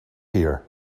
here